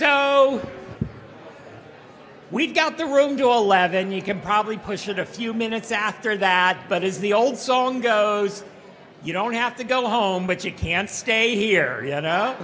we've got the room to a lab then you can probably push it a few minutes after that but as the old song goes you don't have to go home but you can stay here you know